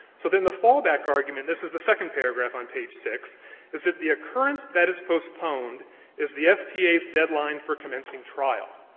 so then the fallback argument this is the second paragraph on page six is that the occurrence that is postponed is the sta's deadline for commencing trial,